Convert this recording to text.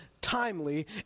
timely